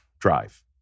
drive